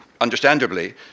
understandably